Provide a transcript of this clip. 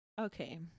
okay